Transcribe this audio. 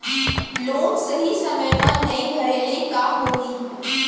Loan सही समय मा नई भरे ले का होही?